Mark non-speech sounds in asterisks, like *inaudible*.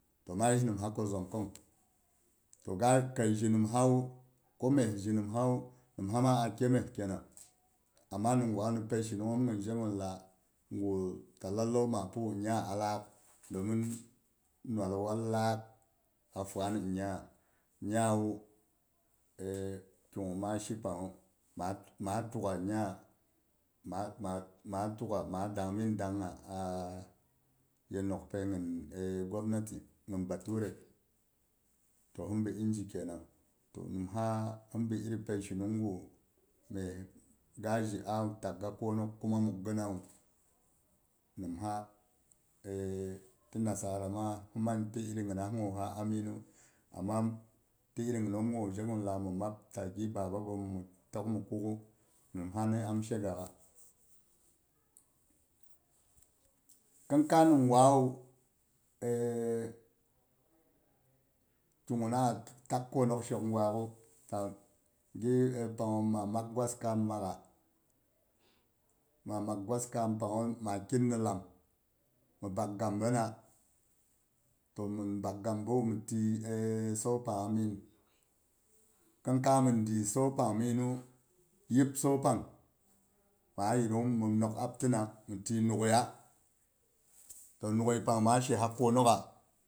To ma yiss musa ku zong kong mes ji nimsa wu, nimsa ma a keh mess kehna amma ninha ni pai shinung haunhin je gun lah gu ta lallau ma piwu nya a lagh, nwall waal laak a fuwan nya nyawa *hesitation* ki guh ma ci panghu maa tukha nya, maa tukha ma dang min dang ha *hesitation* ye nokpai tu *hesitation* gwapnati hin bature to hin bi inji kenang. To nimha hin bi iri pei shinung gu mes ga ji a takh ga kunok kuma mughinawu. Nimha *hesitation* ti nasara ma hin mang ti iri nyinas guh ha aminu, amma ti iri hnon guh ji gun lah mhi mab ta gi baba ghom tok mu kukhu nimsa mhi am shegawa. Khin kai nim gwa wu *hesitation* ki guna a takh kunok shok gwakhu ta gi panghom ma mak gwaskam makha, ma mak gwaskam panghu ma keen ni lam, mhi bak gambina, to min bak gambiwu mi tiyi *hesitation* sau pangha min khin kay min diyi sau panghai minu yip sau pang, ma a yidunu mhi nok aptina mhi tiyi nughiyya to nughiy pang ma tiyisa kunugha.